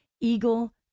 Eagle